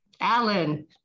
Alan